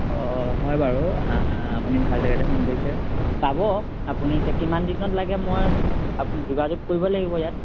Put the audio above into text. অঁ হয় বাৰু আপুনি ভাল জেগাতে ফোন কৰিছে পাব আপুনি এতিয়া কিমান দিনত লাগে মই আপুনি যোগাযোগ কৰিব লাগিব ইয়াত